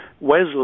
Wesley